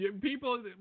people